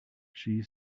she